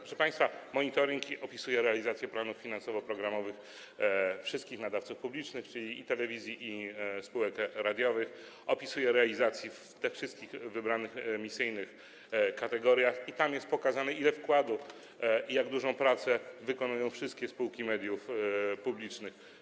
Proszę państwa, monitoring opisuje realizację planów finansowo-programowych wszystkich nadawców publicznych, czyli i telewizji, i spółek radiowych, opisuje realizację w tych wszystkich wybranych emisyjnych kategoriach i tam jest pokazane, jaki jest wkład, jak dużą pracę wykonują wszystkie spółki mediów publicznych.